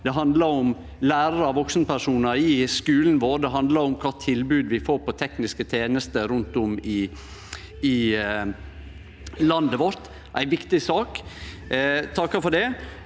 det handlar om lærarar og vaksenpersonar i skulen vår, det handlar om kva tilbod vi får på tekniske tenester rundt om i landet vårt – ei viktig sak. Eg takkar for det.